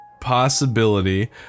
possibility